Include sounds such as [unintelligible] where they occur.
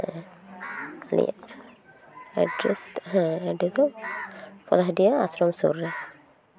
[unintelligible] address ᱫᱚ ᱦᱮᱸ address ᱫᱚ ᱯᱚᱞᱟᱥᱰᱤᱦᱟ ᱟᱥᱨᱚᱢ ᱥᱩᱨ ᱨᱮ ᱟᱪᱪᱷᱟ